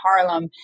Harlem